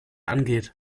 angeht